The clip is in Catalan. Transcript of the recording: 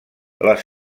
les